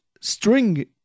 string